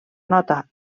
nota